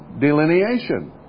delineation